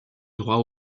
droit